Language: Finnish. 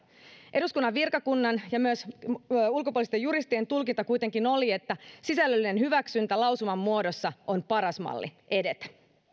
eduskunnan virkakunnan ja myös ulkopuolisten juristien tulkinta kuitenkin oli että sisällöllinen hyväksyntä lausuman muodossa on paras malli edetä